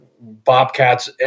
bobcats